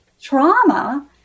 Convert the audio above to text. trauma